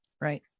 Right